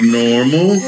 normal